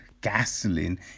gasoline